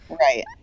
Right